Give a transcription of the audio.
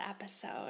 episode